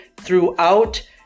throughout